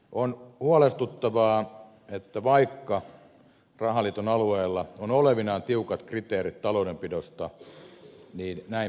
on huolestuttavaa että vaikka rahaliiton alueella on olevinaan tiukat kriteerit taloudenpidosta niin näin pääsee käymään